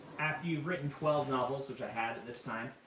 after you've written twelve novels, which i had at this time,